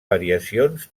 variacions